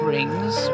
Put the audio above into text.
Rings